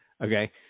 okay